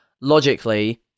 logically